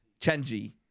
Chenji